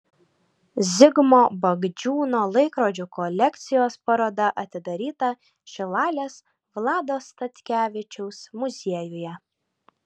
zigmo bagdžiūno laikrodžių kolekcijos paroda atidaryta šilalės vlado statkevičiaus muziejuje